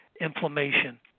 inflammation